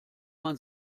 man